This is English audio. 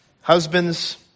Husbands